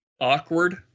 awkward